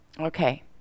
okay